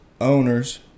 owners